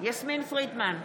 יסמין פרידמן,